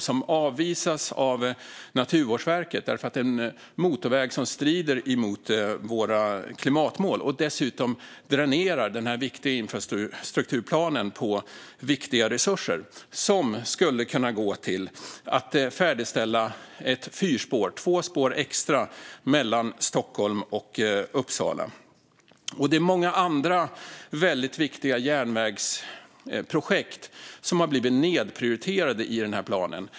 Den avvisas av Naturvårdsverket därför att den strider mot våra klimatmål och dessutom dränerar infrastrukturplanen på viktiga resurser som skulle kunna gå till att färdigställa ett fyrspår, två spår till, mellan Stockholm och Uppsala. Det är många andra väldigt viktiga järnvägsprojekt som har blivit nedprioriterade i den här planen.